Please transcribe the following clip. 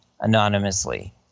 anonymously